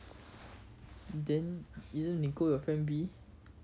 then isn't nicole your friend B